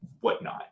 whatnot